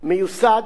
מיוסד